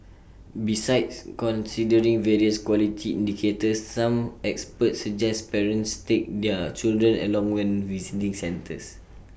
besides considering various quality indicators some experts suggest parents take their children along when visiting centres